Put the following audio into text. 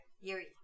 Yuri